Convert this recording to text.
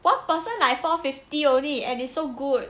one person like four fifty only and it's so good